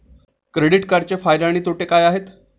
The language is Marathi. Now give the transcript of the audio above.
क्रेडिट कार्डचे फायदे आणि तोटे काय आहेत?